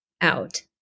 out